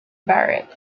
barrett